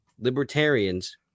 libertarians